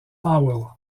powell